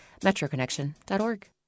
metroconnection.org